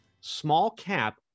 small-cap